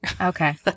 Okay